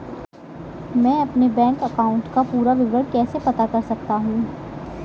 मैं अपने bank account का पूरा विवरण कैसे पता कर सकता हूँ?